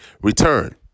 return